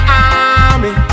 army